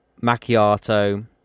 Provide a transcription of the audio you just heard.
macchiato